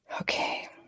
Okay